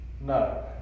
No